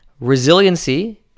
resiliency